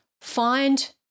find